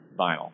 vinyl